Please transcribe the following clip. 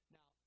Now